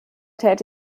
tät